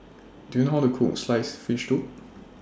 Do YOU know How to Cook Sliced Fish Soup